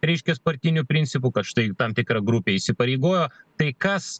reiškias partiniu principu kad štai tam tikra grupė įsipareigojo tai kas